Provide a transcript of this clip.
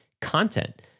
content